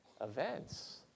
events